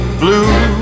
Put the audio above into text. blue